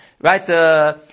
right